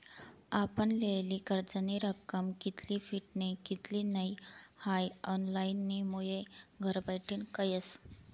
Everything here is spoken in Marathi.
आपण लेयेल कर्जनी रक्कम कित्ली फिटनी कित्ली नै हाई ऑनलाईनमुये घरबठीन कयस